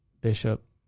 bishop